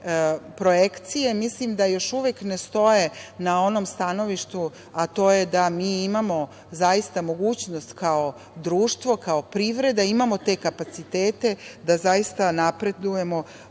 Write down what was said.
projekcije mislim da još uvek ne stoje na onom stanovištu, a to je da mi imamo zaista mogućnost kao društvo, kao privreda da imamo te kapaciteta da zaista napredujemo